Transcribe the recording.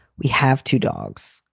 we have two dogs.